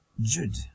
Jude